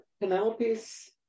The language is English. Penelope's